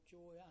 joy